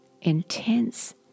intense